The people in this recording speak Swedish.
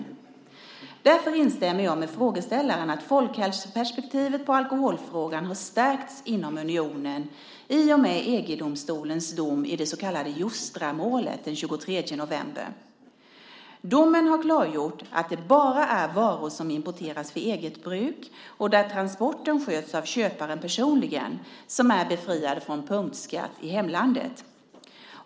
Därför instämmer jag med frågeställaren att folkhälsoperspektivet på alkoholfrågan har stärkts inom unionen i och med EG-domstolens dom i det så kallade Joustramålet den 23 november. Domen har klargjort att det bara är varor som importeras för eget bruk och där transporten sköts av köparen personligen som är befriade från punktskatt i hemlandet.